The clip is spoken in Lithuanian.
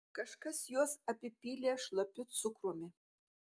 kažkas juos apipylė šlapiu cukrumi